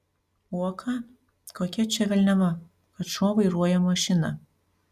uoką kokia čia velniava kad šuo vairuoja mašiną